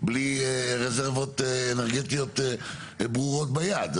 בלי רזרבות אנרגטיות ברורות ביד.